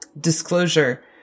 disclosure